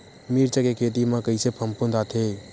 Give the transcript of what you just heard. मिर्च के खेती म कइसे फफूंद आथे?